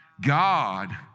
god